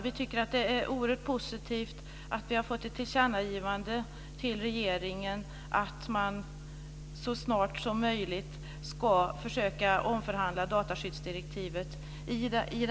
Vi tycker att det är positivt att vi har fått ett tillkännagivande till regeringen att man så snart som möjligt ska försöka omförhandla dataskyddsdirektivet.